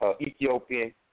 Ethiopian